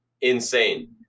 insane